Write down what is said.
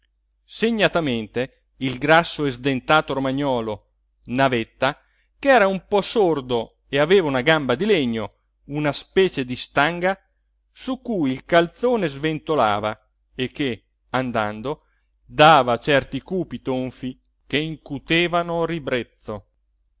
segnatamente il grasso e sdentato romagnolo navetta ch'era un po sordo e aveva una gamba di legno una specie di stanga su cui il calzone sventolava e che andando dava certi cupi tonfi che incutevano ribrezzo